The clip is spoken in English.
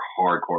hardcore